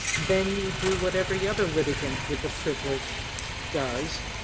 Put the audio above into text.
then you do what every other litigant with a privilege does